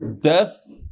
death